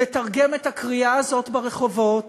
לתרגם את הקריאה הזאת ברחובות